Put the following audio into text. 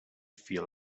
feel